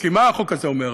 כי מה החוק הזה אומר,